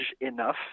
enough